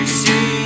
see